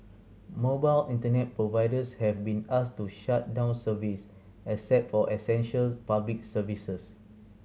mobile Internet providers have been asked to shut down service except for essential public services